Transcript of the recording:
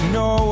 no